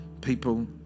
people